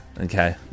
Okay